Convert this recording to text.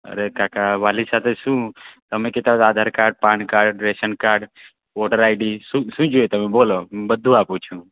અરે કાકા વાલી સાથે શું તમે કહેતા હોય તો Aadhaar card PAN card ration card voter ID શું શું જોઈએ તમે બોલો હું બધું આપું છું